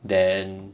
then